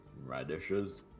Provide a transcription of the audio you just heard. Radishes